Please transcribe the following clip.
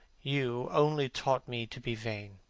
you only taught me to be vain.